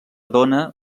dóna